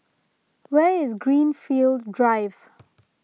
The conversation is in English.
where is Greenfield Drive